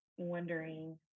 wondering